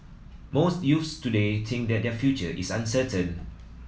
most youths today think that their future is uncertain